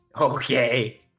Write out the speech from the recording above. Okay